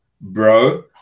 bro